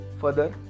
Further